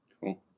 Cool